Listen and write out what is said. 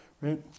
right